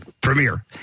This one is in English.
premiere